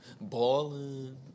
Ballin